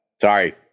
Sorry